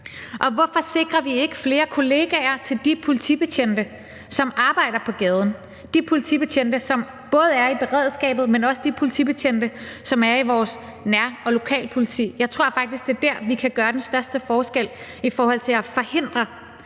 Og hvorfor sikrer vi ikke flere kolleger til de politibetjente, som arbejder på gaden, og flere kolleger både til de politibetjente, som er i beredskabet, men også til de politibetjente, som er i vores nær- og lokalpoliti? Jeg tror faktisk, at det er der, hvor vi kan gøre den største forskel i forhold til f.eks. at forhindre,